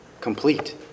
complete